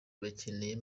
bakeneye